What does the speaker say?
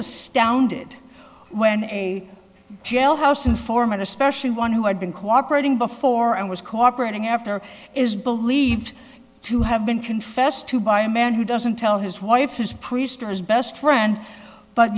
a stone did when a jailhouse informant especially one who had been cooperating before and was cooperating after is believed to have been confessed to by a man who doesn't tell his wife his priest or his best friend but